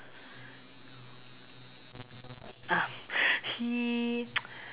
ah